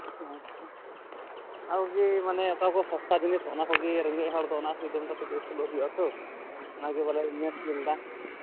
ᱟᱪᱪᱷᱟ ᱚᱱᱟ ᱠᱚᱜᱮ ᱢᱟᱱᱮ ᱚᱠᱟ ᱠᱚ ᱥᱚᱥᱛᱟ ᱡᱤᱱᱤᱥ ᱚᱱᱟ ᱠᱚᱜᱮ ᱨᱮᱸᱜᱮᱡᱽ ᱦᱚᱲᱫᱚ ᱚᱱᱟ ᱠᱚᱜᱮ ᱡᱚᱢ ᱠᱟᱛᱮᱫ ᱟᱹᱥᱩᱞᱚᱜ ᱦᱩᱭᱩᱜᱼᱟ ᱛᱚ ᱚᱱᱟ ᱠᱚᱜᱮ ᱵᱟᱞᱮ